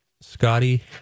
Scotty